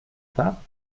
pas